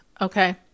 Okay